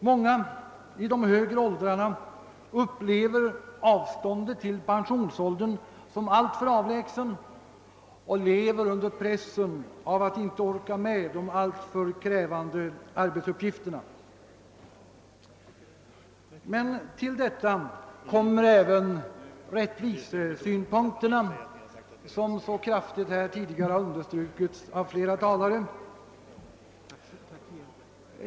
Många i:de högre åldrarna upplever avståndet till pensionsåldern som alltför stort: och lever under pressen av att inte orka med de alltmer krävande arbetsuppgifterna. Men till detta kommer även rättvisesynpunkterna, som så kraftigt tidigare har understrukits av flera talare.